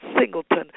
Singleton